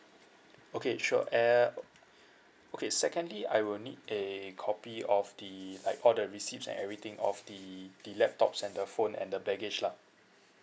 okay sure uh okay secondly I will need a copy of the like all the receipts and everything of the the laptops and the phone and the baggage lah